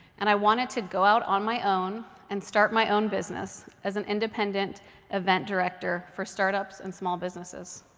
and i wanted to go out on my own and start my own business as an independent event director for start-ups and small businesses.